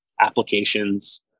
applications